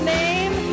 name